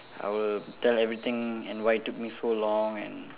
I will tell everything and why it took me so long and